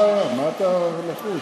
מה הבעיה, מה אתה לחוץ?